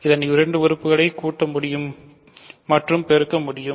இதன் இரண்டு உறுப்புகளை கூட்ட முடியும் மற்றும் பெருக்க முடியும்